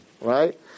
right